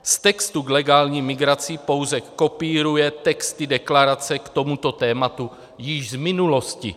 Z textu k legální migraci pouze kopíruje texty deklarace k tomuto tématu již z minulosti.